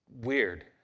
weird